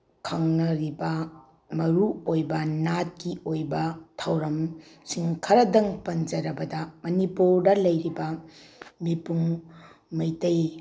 ꯈꯪꯅꯔꯤꯕ ꯃꯔꯨ ꯑꯣꯏꯕ ꯅꯥꯠꯀꯤ ꯑꯣꯏꯕ ꯊꯧꯔꯝꯁꯤꯡ ꯈꯔꯗꯪ ꯄꯟꯖꯔꯕꯗ ꯃꯅꯤꯄꯨꯔꯗ ꯂꯩꯔꯤꯕ ꯃꯤꯄꯨꯡ ꯃꯩꯇꯩ